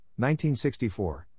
1964